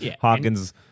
Hawkins